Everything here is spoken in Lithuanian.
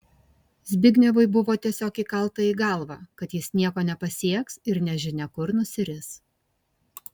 zbignevui buvo tiesiog įkalta į galvą kad jis nieko nepasieks ir nežinia kur nusiris